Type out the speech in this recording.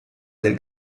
del